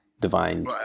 divine